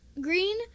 green